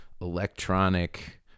electronic